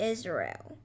Israel